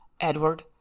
Edward